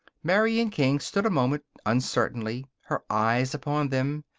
marian king stood a moment, uncertainly, her eyes upon them.